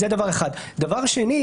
דבר שני,